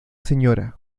sra